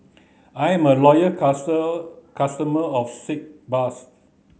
I am a loyal customer of Sitz bath